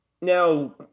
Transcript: Now